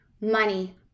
money